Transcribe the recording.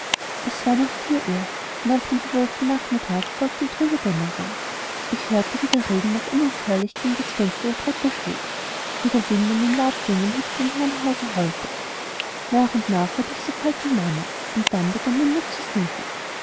es war nach vier uhr und auf den bewölkten nachmittag folgte die trübe dämmerung ich hörte wie der regen noch unaufhörlich gegen das fenster der treppe schlug wie der wind in den laubgängen hinter dem herrenhause heulte nach und nach wurde ich so kalt wie marmor und dann begann mein mut zu sinken